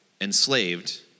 enslaved